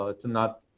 ah to not